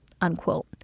unquote